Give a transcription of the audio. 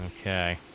Okay